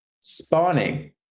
spawning